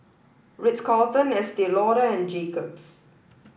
Ritz Carlton Estee Lauder and Jacob's